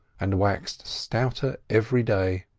and waxed stouter every day.